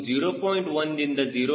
1 ದಿಂದ 0